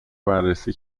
بررسی